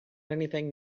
anything